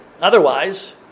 otherwise